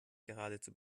geradezu